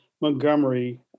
Montgomery